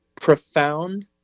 profound